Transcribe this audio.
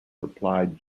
replied